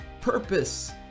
purpose